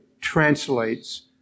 translates